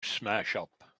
smashup